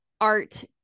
art